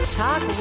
talk